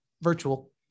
virtual